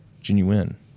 Genuine